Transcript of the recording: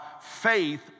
faith